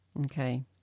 okay